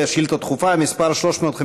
דחופה מס' 352,